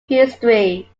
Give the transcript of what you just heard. history